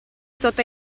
sotto